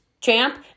champ